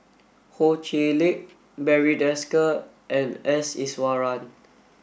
Ho Chee Lick Barry Desker and S Iswaran